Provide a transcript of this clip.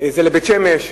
זה לבית-שמש.